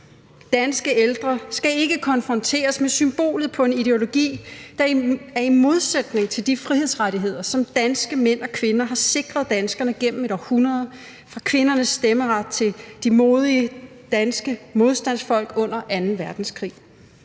Danske ældre skal ikke konfronteres med symbolet på en ideologi, der er i modsætning til de frihedsrettigheder, som danske mænd og kvinder har sikret danskerne igennem et århundrede – fra dem, der kæmpede for kvindernes stemmeret til de modige danske modstandsfolk under anden verdenskrig.